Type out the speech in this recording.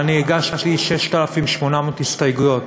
אני הגשתי 6,800 הסתייגויות,